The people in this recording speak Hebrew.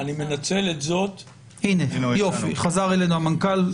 חזר אלינו המנכ"ל.